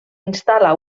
instal·la